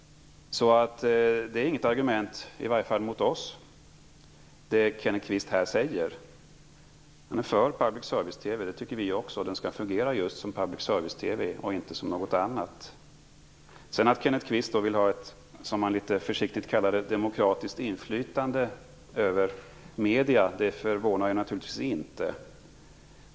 Det Kenneth Kvist här säger är alltså inget argument mot oss i varje fall. Han är för public service-TV. Det är vi också, och vi tycker att den skall fungera just som public service-TV, och inte som något annat. Att sedan Kenneth Kvist vill ha vad han litet försiktigt kallar ett demokratiskt inflytande över medierna förvånar naturligtvis inte.